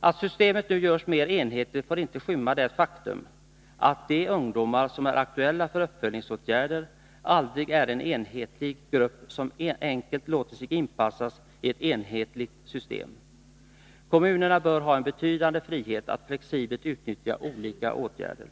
Att systemet nu görs mer enhetligt får inte skymma det faktum att de ungdomar som är aktuella för uppföljningsåtgärder aldrig är en enhetlig grupp, som enkelt låter sig inpassas i ett enhetligt system. Kommunerna bör ha en betydande frihet att flexibelt utnyttja olika åtgärder.